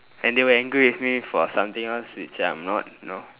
and they were angry with me for something else which I'm not you know